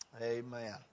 Amen